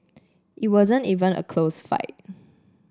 it wasn't even a close fight